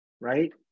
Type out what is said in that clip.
Right